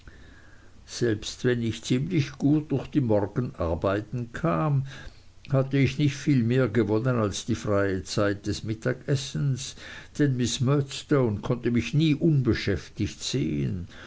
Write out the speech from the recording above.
selbst wenn ich ziemlich gut durch die morgenarbeiten kam hatte ich nicht viel mehr gewonnen als die freie zeit des mittagessens denn miß murdstone konnte mich nie unbeschäftigt sehen